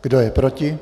Kdo je proti?